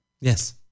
yes